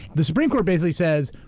the supreme court basically says,